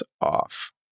off